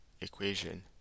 equation